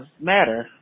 Matter